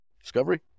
Discovery